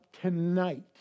tonight